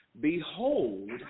Behold